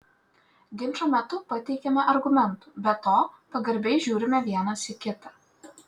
ginčo metu pateikiame argumentų be to pagarbiai žiūrime vienas į kitą